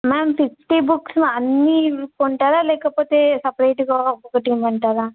ma'am fifty books అన్నీ కొంటారా లేకపోతే సపరేట్గా ఒక్కొక్కటి ఇమ్మంటారా